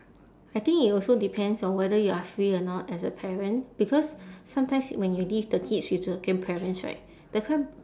I think it also depends on whether you are free or not as a parent because sometimes when you leave the kids with the grandparents right the grand~